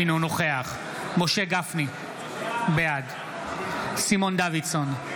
אינו נוכח משה גפני, בעד סימון דוידסון,